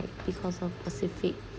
because of specific